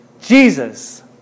Jesus